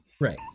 Right